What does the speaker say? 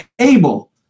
able